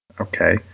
Okay